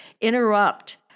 interrupt